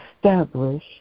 establish